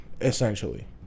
Essentially